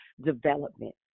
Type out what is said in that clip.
development